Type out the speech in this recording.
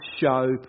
show